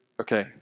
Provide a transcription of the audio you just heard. Okay